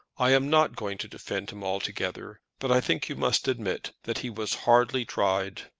i am not going to defend him altogether, but i think you must admit that he was hardly tried.